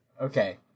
Okay